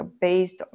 based